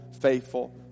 faithful